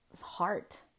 heart